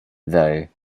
though